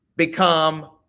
become